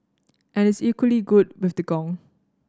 and is equally good with the gong